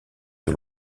sur